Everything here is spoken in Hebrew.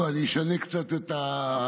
לא, אני אשנה קצת את ההקשר.